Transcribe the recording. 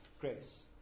grace